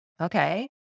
okay